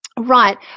Right